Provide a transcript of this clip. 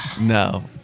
No